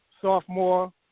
sophomore